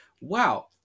wow